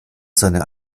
sonne